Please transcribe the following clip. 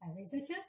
researchers